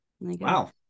Wow